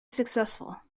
successful